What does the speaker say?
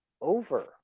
over